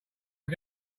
got